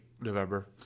November